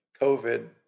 COVID